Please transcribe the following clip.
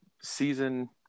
season